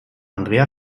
andrea